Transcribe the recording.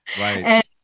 Right